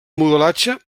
modelatge